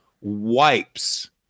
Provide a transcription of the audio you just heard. wipes